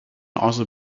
also